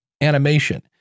animation